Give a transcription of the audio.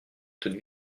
toute